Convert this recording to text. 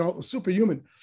superhuman